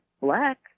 black